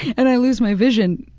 and i lose my vision,